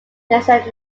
decent